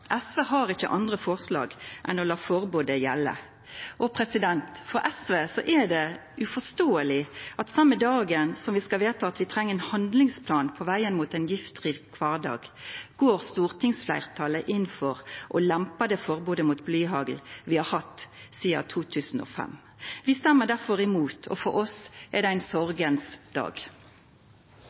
SV har ikkje andre forslag enn å la forbodet gjelda. For SV er det uforståeleg at same dagen som vi skal vedta at vi treng ein handlingsplan på vegen mot ein giftfri kvardag, går stortingsfleirtalet inn for å lempa på det forbodet mot blyhagl vi har hatt sidan 2005. Vi stemmer difor mot, og for oss er det ein sorgens dag.